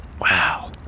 Wow